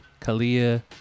Kalia